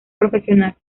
profesional